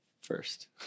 first